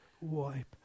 wipe